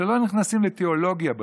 שלא נכנסים לתיאולוגיה בכלל,